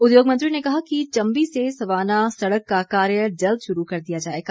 उद्योग मंत्री ने कहा कि चंबी से स्वाना सड़क का कार्य जल्द शुरू कर दिया जाएगा